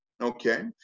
okay